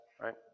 right